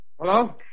Hello